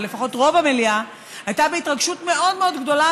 אבל לפחות רוב המליאה הייתה בהתרגשות מאוד מאוד גדולה